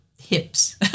hips